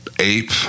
ape